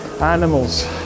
animals